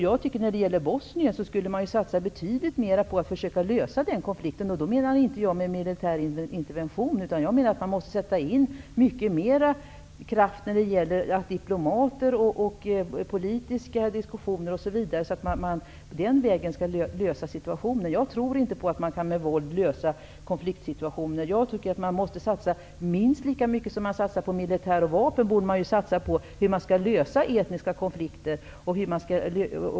När det gäller Bosnien skulle man satsa betydligt mer på att försöka lösa konflikten, inte med militär intervention utan genom att sätta in mycket mera kraft via diplomater och politiska diskussioner osv. Jag tror inte på att man med våld kan lösa konflikter. Man måste satsa minst lika mycket som på militära vapen på att lösa etniska konflikter.